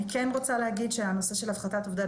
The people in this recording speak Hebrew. אני כן רוצה להגיד שהנושא של הפחתת אובדן